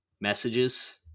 messages